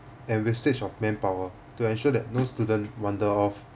and wastage of manpower to ensure that no student wander off